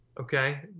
Okay